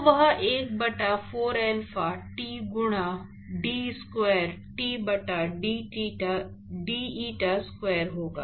तो वह 1 बटा 4 alpha t गुणा d स्क्वायर t बटा d eta स्क्वायर होगा